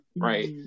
Right